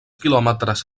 quilòmetres